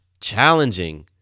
challenging